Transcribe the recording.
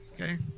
okay